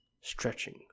stretching